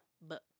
book